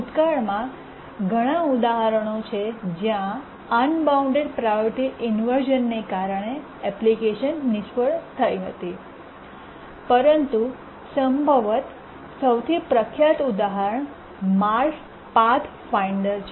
ભૂતકાળમાં ઘણા ઉદાહરણો છે જ્યાં અનબાઉન્ડ પ્રાયોરિટી ઇન્વર્શ઼નને કારણે એપ્લિકેશન નિષ્ફળ થઈ હતી પરંતુ સંભવત સૌથી પ્રખ્યાત ઉદાહરણ માર્સ પાથ ફાઇન્ડર છે